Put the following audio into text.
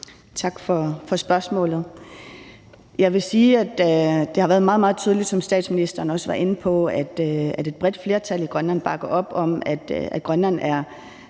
Tak for spørgsmålet. Jeg vil sige, at det har været meget, meget tydeligt, som statsministeren også var inde på, at et bredt flertal i Grønland bakker op om, at Grønland er